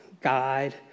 guide